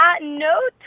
No